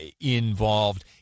involved